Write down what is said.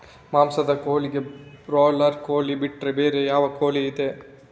ಮಾಂಸದ ಕೋಳಿಗೆ ಬ್ರಾಲರ್ ಕೋಳಿ ಬಿಟ್ರೆ ಬೇರೆ ಯಾವ ಕೋಳಿಯಿದೆ?